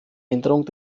änderung